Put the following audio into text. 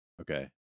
okay